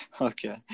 Okay